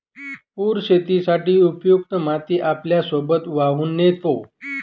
पूर शेतीसाठी उपयुक्त माती आपल्यासोबत वाहून नेतो